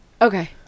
Okay